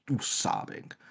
sobbing